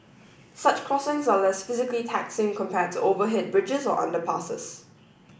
such crossings are less physically taxing compared to overhead bridges or underpasses